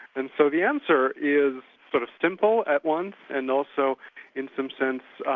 and so the answer is sort of simple at once, and also in some sense,